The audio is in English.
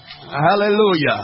Hallelujah